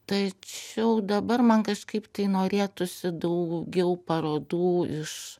tačiau dabar man kažkaip tai norėtųsi daugiau parodų iš